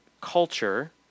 culture